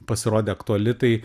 pasirodė aktuali tai